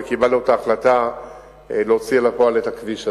וקיבלנו את ההחלטה להוציא לפועל את הכביש הזה.